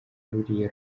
ruriya